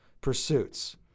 pursuits